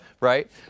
right